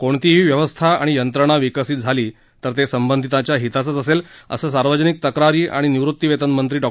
कोणतीही व्यवस्था किंवा यंत्रणा विकसित झाल्यास ते संबंधितांच्या हिताचं असेल असं सार्वजनिक तक्रारी आणि निवृत्तीवेतन मंत्री डॉ